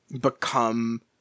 become